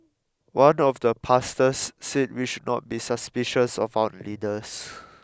one of the pastors said we should not be suspicious of our leaders